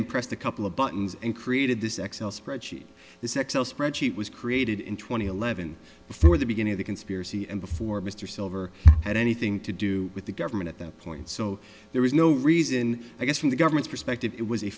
impressed a couple of buttons and created this xcel spreadsheet this excel spreadsheet was created in two thousand and eleven before the beginning of the conspiracy and before mr silver had anything to do with the government at that point so there was no reason i guess from the government's perspective it was a